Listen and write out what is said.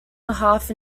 half